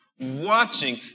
watching